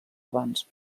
abans